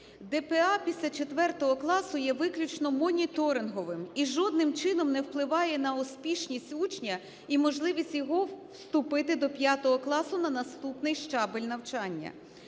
ДПА після 4 класу є виключно моніторинговим і жодним чином не впливає на успішність учня і можливість його вступити до 5 класу на наступний щабель навчання.